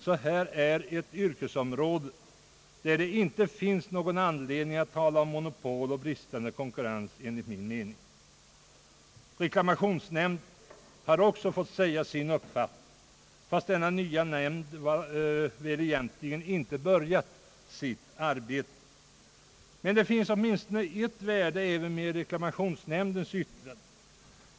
När det gäller detta yrkesområde finns det enligt min mening inte någon anledning att tala om monopol och bristande konkurrens. Reklamationsnämnden har också fått säga sin uppfattning, fastän den nya nämnden väl egentligen inte ännu har börjat sitt arbete. Reklamationsnämndens yttrande är dock av värde åtminstone i ett avseende.